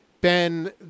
Ben